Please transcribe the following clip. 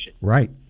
right